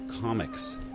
Comics